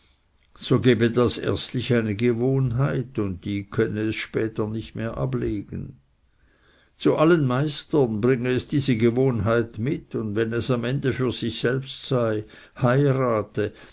so gebe das erstlich eine gewohnheit und die könne es später nicht mehr ablegen zu allen meistern bringe es diese gewohnheit mit und wenn es am ende für sich selbst sei heirate